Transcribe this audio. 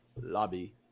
lobby